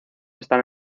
están